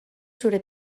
zure